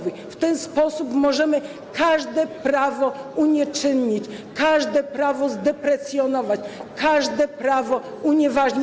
W ten sposób możemy każde prawo unieczynnić, każde prawo zdeprecjonować, każde prawo unieważnić.